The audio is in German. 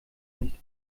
nicht